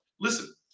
Listen